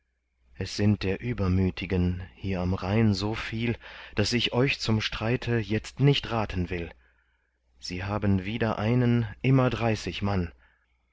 es sind der übermütigen hier am rhein so viel daß ich euch zum streite jetzt nicht raten will sie haben wider einen immer dreißig mann